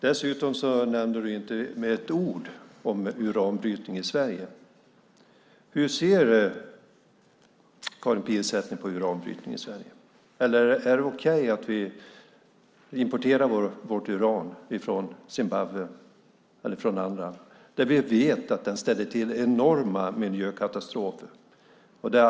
Dessutom nämner du inte med ett ord uranbrytning i Sverige. Hur ser Karin Pilsäter på uranbrytning i Sverige? Är det okej att vi importerar vårt uran från Zimbabwe eller andra länder när vi vet att brytningen ställer till enorma miljökatastrofer?